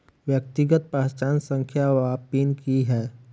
व्यक्तिगत पहचान संख्या वा पिन की है?